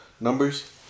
numbers